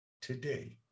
today